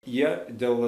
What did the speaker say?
jie dėl